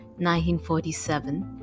1947